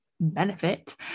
benefit